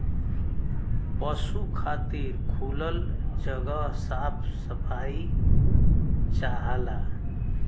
पसु खातिर खुलल जगह साफ सफाई चाहला